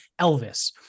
Elvis